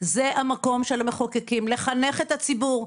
זה המקום של המחוקקים, לחנך את הציבור.